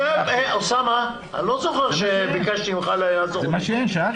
--- אוסאמה, אני לא זוכר שביקשתי ממך לעזור לי.